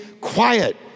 quiet